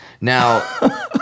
now